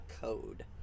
code